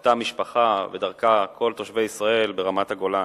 שחוותה משפחה, ודרכה כל תושבי ישראל, ברמת-הגולן.